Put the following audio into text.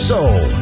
Soul